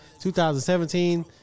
2017